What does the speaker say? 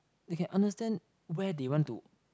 they can understand where they want to